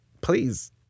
Please